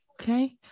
okay